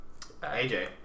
AJ